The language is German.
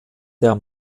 der